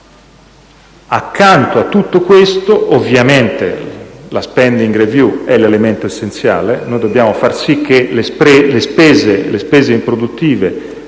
Accanto a tutto questo ovviamente la *spending review* è l'elemento essenziale. Noi dobbiamo agire sulle spese improduttive: